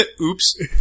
Oops